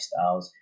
lifestyles